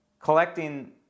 collecting